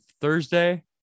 Thursday